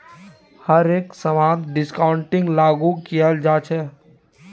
हर एक समानत डिस्काउंटिंगक लागू कियाल जा छ